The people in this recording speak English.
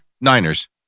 Niners